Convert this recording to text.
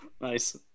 Nice